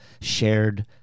shared